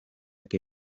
que